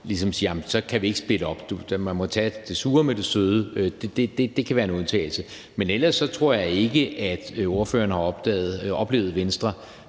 ligesom sige, at så kan vi ikke splitte det op. Man må tage det sure med det søde. Det kan være en undtagelse. Men ellers tror jeg ikke, at spørgeren har oplevet Venstre